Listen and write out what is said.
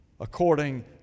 according